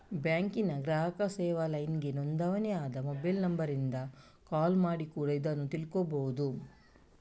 ಬ್ಯಾಂಕಿನ ಗ್ರಾಹಕ ಸೇವಾ ಲೈನ್ಗೆ ನೋಂದಣಿ ಆದ ಮೊಬೈಲ್ ನಂಬರಿಂದ ಕಾಲ್ ಮಾಡಿ ಕೂಡಾ ಇದ್ನ ತಿಳ್ಕೋಬಹುದು